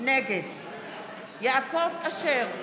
נגד יעקב אשר,